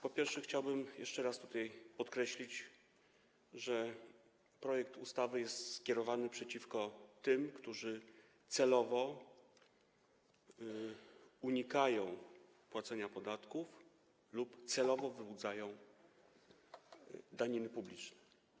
Po pierwsze, chciałbym jeszcze raz tutaj podkreślić, że projekt ustawy jest skierowany przeciwko tym, którzy celowo unikają płacenia podatków lub celowo wyłudzają daniny publiczne.